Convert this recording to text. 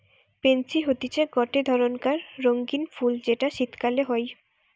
pansy হতিছে গটে ধরণকার রঙ্গীন ফুল যেটা শীতকালে হই